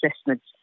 assessments